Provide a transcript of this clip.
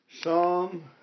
Psalm